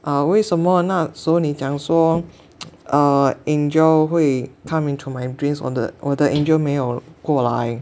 啊为什么那时候你讲说 uh angel 会 come into my dreams 我的我的 angel 没有过来